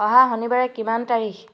অহা শনিবাৰে কিমান তাৰিখ